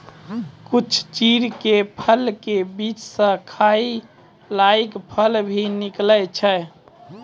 कुछ चीड़ के फल के बीच स खाय लायक फल भी निकलै छै